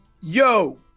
yo